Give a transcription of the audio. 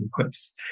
inputs